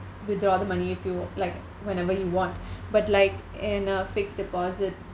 withdraw the money if you like whenever you want but like in a fixed deposit